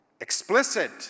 explicit